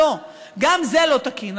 לא, גם זה לא תקין.